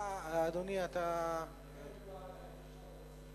אדוני, אתה, לוועדה.